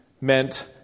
meant